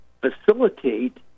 facilitate